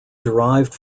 derived